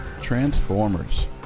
Transformers